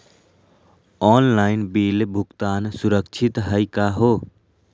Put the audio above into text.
Online bill भुगतान सुरक्षित हई का हो?